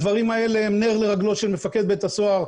הדברים האלה הם נר לרגלו של מפקד בית הסוהר,